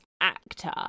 actor